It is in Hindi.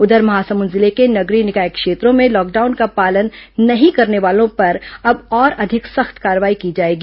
उधर महासमुंद जिले के नगरीय निकाय क्षेत्रों में लॉकडाउन का पालन नहीं करने वालों पर और अब अधिक सख्त कार्रवाई की जाएगी